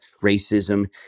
racism